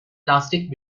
plastic